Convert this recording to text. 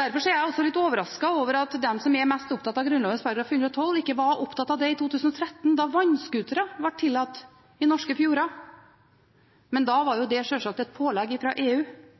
Derfor er jeg også litt overrasket over at de som er mest opptatt av Grunnloven § 112, ikke var det i 2013, da vannscootere ble tillatt i norske fjorder. Men da var sjølsagt det et pålegg fra EU